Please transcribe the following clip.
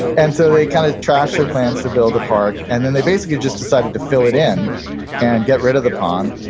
and so they kind of trashed their plans to build a park and then they basically just decided to fill it in and get rid of the pond.